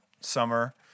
summer